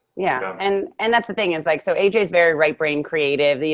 yeah and and that's the thing is like, so aj is very right brain creative, you